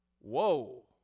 Whoa